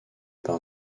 par